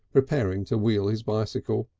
preparing to wheel his bicycle.